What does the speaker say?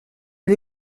les